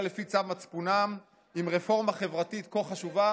לפי צו מצפונם עם רפורמה חברתית כה חשובה,